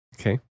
Okay